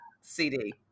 CD